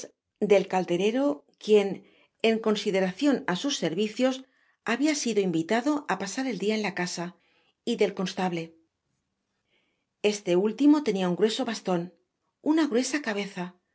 de icalderero quien en consideracion á sus ser vicios habia sido invitado á pasar el dia en la casa y del consta ble este último tenia un grueso baston una gruesa cabeza